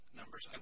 numbers